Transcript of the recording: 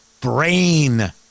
brain